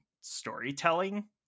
storytelling